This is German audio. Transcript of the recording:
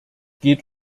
geht